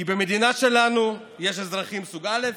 כי במדינה שלנו יש אזרחים סוג א'